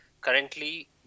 Currently